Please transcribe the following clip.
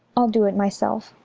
i'll do it myself.